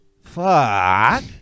Fuck